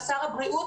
לשר הבריאות,